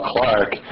Clark